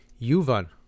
Yuvan